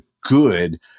good